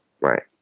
Right